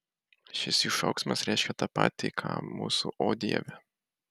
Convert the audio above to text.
šis jų šauksmas reiškia tą patį ką mūsų o dieve